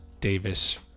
davis